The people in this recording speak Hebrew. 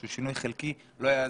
לא יעזור.